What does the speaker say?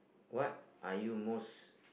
what are you most